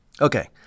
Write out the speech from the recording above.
Okay